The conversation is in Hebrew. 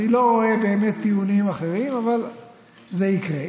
אני לא רואה באמת טיעונים אחרים, אבל זה יקרה.